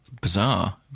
Bizarre